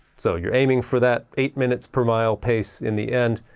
so you're aiming for that eight minutes per mile pace in the end